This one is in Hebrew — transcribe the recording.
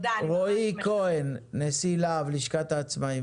רועי כהן, נשיא לה"ב, לשכת העצמאים,